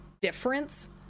difference